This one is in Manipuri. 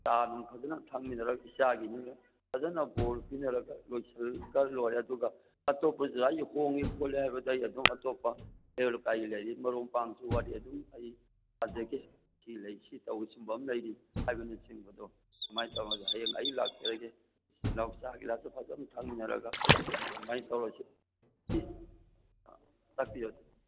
ꯆꯥ ꯅꯨꯡ ꯐꯖꯅ ꯊꯛꯃꯤꯟꯅꯔꯒ ꯏꯆꯥꯒꯤꯅꯤꯅ ꯐꯖꯅ ꯕꯣꯔ ꯄꯤꯅꯔꯒ ꯂꯣꯏꯁꯜꯂꯒ ꯂꯣꯏꯔꯦ ꯑꯗꯨꯒ ꯑꯇꯣꯞꯄ ꯑꯣꯖꯥꯒꯤꯁꯤ ꯍꯣꯡꯏ ꯈꯣꯠꯂꯤ ꯍꯥꯏꯕꯗꯨ ꯑꯩ ꯑꯗꯨꯝ ꯑꯇꯣꯞꯄ ꯀꯩꯔꯣꯏ ꯂꯩꯀꯥꯏ ꯂꯩꯔꯤ ꯃꯔꯨꯞ ꯃꯄꯥꯡꯁꯨ ꯋꯥꯔꯤ ꯑꯗꯨꯝ ꯑꯩ ꯁꯥꯖꯒꯦ ꯁꯤ ꯂꯩ ꯁꯤ ꯇꯧꯏ ꯁꯤꯒꯨꯝꯕ ꯑꯃ ꯂꯩꯔꯤ ꯍꯥꯏꯕꯅ ꯆꯤꯡꯕꯗꯣ ꯁꯨꯃꯥꯏ ꯇꯧꯗꯅ ꯑꯣꯖꯥ ꯍꯌꯦꯡ ꯑꯩ ꯂꯥꯛꯆꯔꯒꯦ ꯅꯅꯥꯎ ꯆꯥ ꯒꯤꯂꯥꯁꯇꯨ ꯐꯖꯕ ꯑꯃ ꯊꯛꯃꯤꯟꯅꯔꯒ ꯑꯗꯨꯃꯥꯏ ꯇꯧꯔꯁꯤ ꯇꯥꯛꯄꯤꯌꯨ